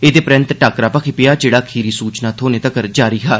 एहदे परैन्त टाक्करा भखी पेआ जेहड़ा खीरी सूचना थ्होने तक्कर जारी हा